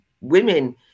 women